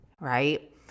right